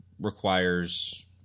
requires